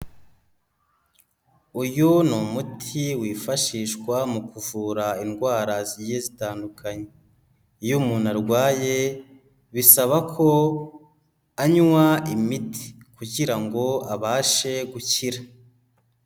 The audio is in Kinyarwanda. Uyu ni umuti wifashishwa mu kuvura indwara zigiye zitandukanye. Iyo umuntu arwaye bisaba ko anywa imiti kugira ngo abashe gukira.